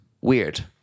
weird